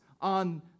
on